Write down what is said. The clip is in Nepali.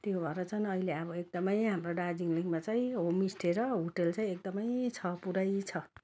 त्यो भएर चाहिँ अहिले हाम्रो एकदम हाम्रो दार्जिलिङमा चाहिँ होम स्टे र होटेल चाहिँ एकदम छ पुरै छ